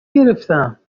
گرفتم